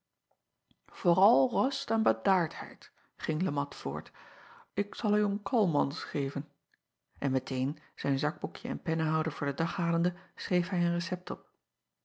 ooral rust en bedaardheid ging e at voort ik zal u een calmans geven n meteen zijn zakboekje en pennehouder voor den dag halende schreef hij een recept op